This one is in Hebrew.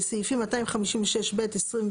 בסעיפים 256(ב)(21)